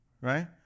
Right